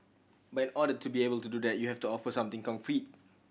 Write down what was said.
but in order to be able to do that you have to offer something concrete